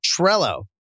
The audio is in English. Trello